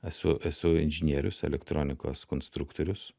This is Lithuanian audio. esu esu inžinierius elektronikos konstruktorius